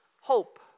hope